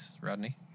Rodney